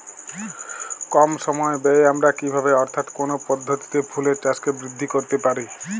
কম সময় ব্যায়ে আমরা কি ভাবে অর্থাৎ কোন পদ্ধতিতে ফুলের চাষকে বৃদ্ধি করতে পারি?